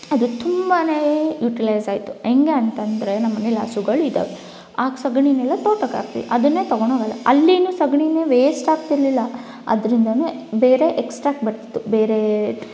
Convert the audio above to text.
ಅದು ತುಂಬಾನೇ ಯುಟಿಲೈಝಾಯ್ತು ಹೆಂಗೆ ಅಂತಂದ್ರೆ ನಮ್ಮನೆಯಲ್ಲಿ ಹಸುಗಳಿದ್ದಾವೆ ಆಗ ಸೆಗಣಿನ್ನೆಲ್ಲ ತೋಟಕ್ಕಾಕ್ತೀವಿ ಅದನ್ನೇ ತೊಗೊಂಡೋಗಿ ಅಲ್ಲಿ ಅಲ್ಲಿಯೂ ಸೆಗಣಿಯೂ ವೇಸ್ಟಾಗ್ತಿರ್ಲಿಲ್ಲ ಅದ್ರಿಂದಲೇ ಬೇರೆ ಎಕ್ಸ್ಟ್ರಾಕ್ಟ್ ಬರ್ತಿತ್ತು ಬೇರೆದು